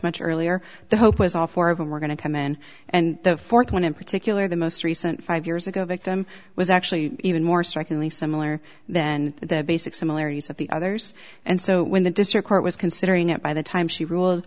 much earlier the hope was all four of them were going to come in and the fourth one in particular the most recent five years ago victim was actually even more strikingly similar then the basic similarities of the others and so when the district court was considering it by the time she rule